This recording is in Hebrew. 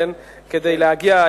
כדי להגיע,